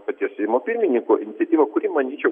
paties seimo pirmininko iniciatyva kuri manyčiau